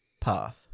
path